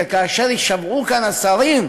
וכאשר יישבעו כאן השרים,